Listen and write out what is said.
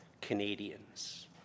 Canadians